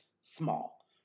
small